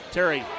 Terry